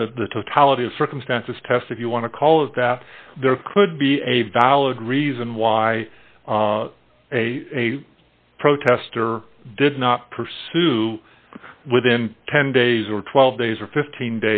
the totality of circumstances test if you want to call it that there could be a valid reason why a protester did not pursue within ten days or twelve days or fifteen